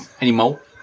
Anymore